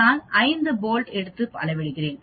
நான் 5 போல்ட் எடுத்து அளவிடுகிறேன்